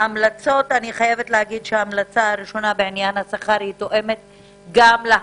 ההמלצה הראשונה בעניין השכר היא תואמת להמלצות